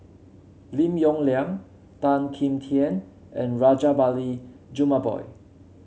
Lim Yong Liang Tan Kim Tian and Rajabali Jumabhoy